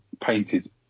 painted